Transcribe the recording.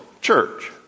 church